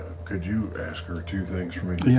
could you ask her two things for me?